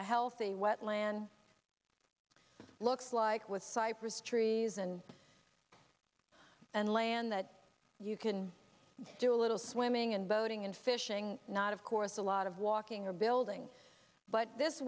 i healthy wetlands looks like with cypress trees and and land that you can do a little swimming and boating and fishing not of course a lot of walking or building but this